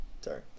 sorry